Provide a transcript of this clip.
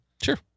Sure